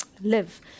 live